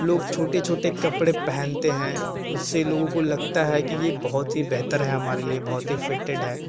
लोग छोटे छोटे कपड़े पहनते हैं उससे लोगों को लगता है कि यह बहुत ही बेहतर है हमारे लिए बहुत ही फिटेड है